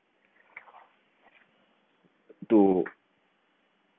to